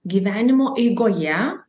gyvenimo eigoje